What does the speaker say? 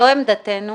זו עמדתנו,